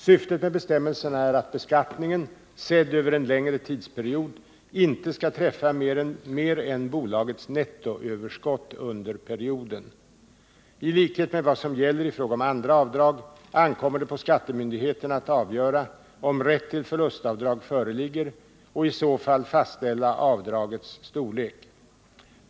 Syftet med bestämmelserna är att beskattningen, sedd över en längre tidsperiod, inte skall träffa mer än bolagets nettoöverskott under perioden. I likhet med vad som gäller i fråga om andra avdrag ankommer det på skattemyndigheterna att avgöra om rätt till förlustavdrag föreligger och i så fall fastställa avdragets storlek.